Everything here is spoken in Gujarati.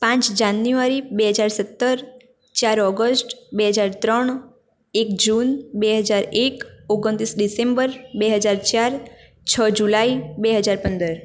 પાંચ જાન્યુઆરી બે હજાર સત્તર ચાર ઓગસ્ટ બે હજાર ત્રણ એક જૂન બે હજાર એક ઓગણત્રીસ ડીસેમ્બર બે હાજર ચાર છ જુલાઈ બે હજાર પંદર